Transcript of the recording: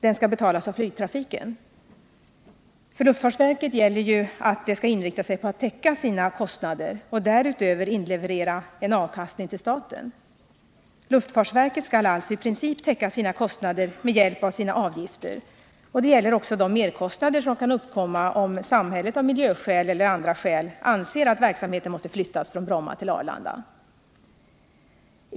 Den skall betalas av flygtrafiken. För luftfartsverket gäller ju att det skall inrikta sig på att täcka sina kostnader och därutöver inleverera en avkastning till staten. Luftfartsverket skall alltså i princip täcka sina kostnader med hjälp av sina avgifter, och det gäller även de merkostnader som kan uppkomma om samhället av miljöskäl eller av andra skäl anser att verksamheten måste flyttas från Bromma till Arlanda.